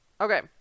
Okay